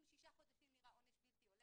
אם שישה חודשים נשמע עונש בלתי הולם